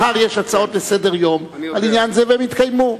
מחר יש הצעות לסדר-היום על עניין זה, והן יתקיימו.